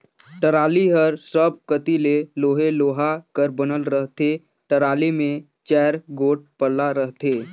trolley हर सब कती ले लोहे लोहा कर बनल रहथे, टराली मे चाएर गोट पल्ला रहथे